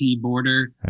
border